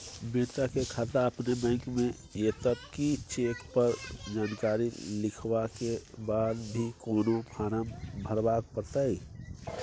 बेटा के खाता अपने बैंक में ये तब की चेक पर जानकारी लिखवा के बाद भी कोनो फारम भरबाक परतै?